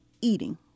eating